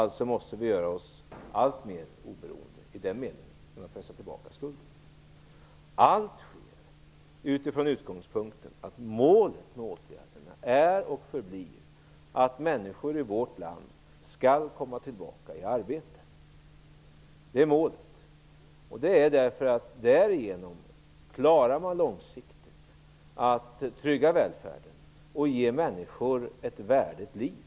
Alltså måste vi på den punkten göra oss alltmer oberoende för att kunna pressa tillbaka skulden, allt från den utgångspunkten att målet för åtgärderna är och förblir att människor i vårt land skall komma tillbaka i arbete. Därigenom klarar man långsiktigt att trygga välfärden och att ge människor ett värdigt liv.